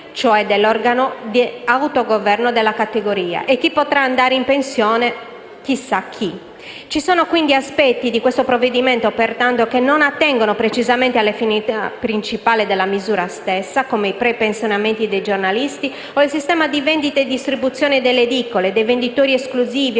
cioè dell'organo di autogoverno della categoria e chi potrà andare in pensione (chissà chi). Ci sono, quindi, aspetti di questo provvedimento che non attengono precisamente alla finalità principale della misura stessa, come i prepensionamenti dei giornalisti o il sistema di vendita e distribuzione delle edicole, dei venditori esclusivi